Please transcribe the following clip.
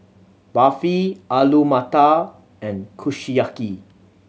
Barfi Alu Matar and Kushiyaki